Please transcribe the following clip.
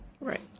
Right